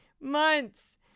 months